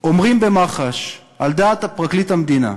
אומרים במח"ש, על דעת פרקליט המדינה,